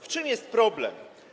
W czym jest problem?